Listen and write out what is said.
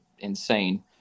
insane